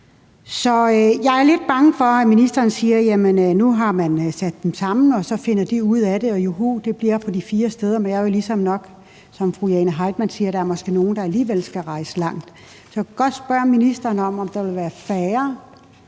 Jeg er lidt bange for, at ministeren siger, at nu har man sat dem sammen, og så finder de ud af det, og juhu, det bliver på de fire steder. Men jeg har det nok ligesom fru Jane Heitmann, der siger, at der måske er nogle, der alligevel skal rejse langt. Så jeg vil godt spørge ministeren om, om der vil være færre